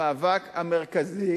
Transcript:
המאבק המרכזי